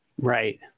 right